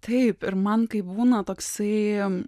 taip ir man kai būna toksai